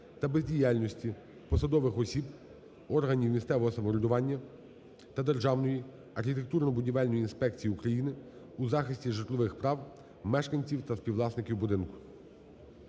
та бездіяльності посадових осіб органів місцевого самоврядування та Державної архітектурно - будівельної інспекції України у захисті житлових прав мешканців та співвласників будинку.